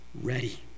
ready